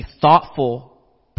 thoughtful